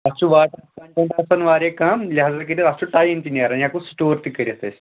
اَتھ چھُ واٹر آسان واریاہ کَم لِہازا کٔرِتھ اَتھ چھُ ٹایم تہِ نیران یہِ ہٮ۪کَو سٕٹور تہِ کٔرِتھ أسۍ